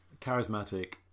charismatic